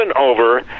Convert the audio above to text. over